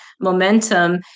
momentum